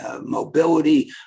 mobility